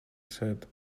said